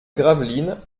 gravelines